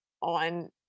on